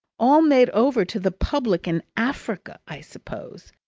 all made over to the public and africa, i suppose!